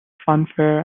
funfair